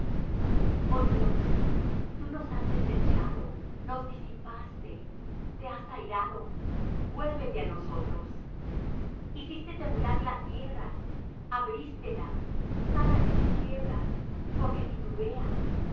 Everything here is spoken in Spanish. oh dios tú nos has desechado nos disipaste te has airado vuélvete á nosotros hiciste temblar la tierra abrístela sana sus quiebras porque titubea